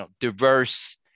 diverse